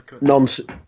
nonsense